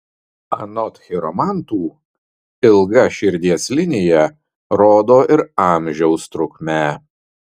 anot chiromantų ilga širdies linija rodo ir amžiaus trukmę